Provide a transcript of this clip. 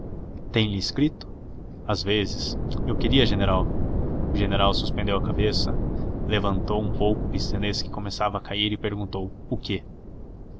tem-lhe escrito às vezes eu queria general o general suspendeu a cabeça levantou um pouco o pince-nez que começava a cair e perguntou o quê